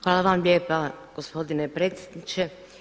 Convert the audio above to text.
Hvala vam lijepa gospodine predsjedniče.